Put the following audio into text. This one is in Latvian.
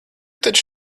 taču